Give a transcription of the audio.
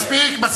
מספיק.